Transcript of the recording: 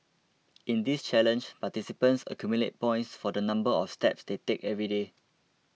in this challenge participants accumulate points for the number of steps they take every day